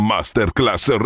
Masterclass